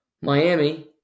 Miami